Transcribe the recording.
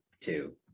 Two